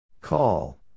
Call